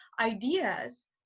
ideas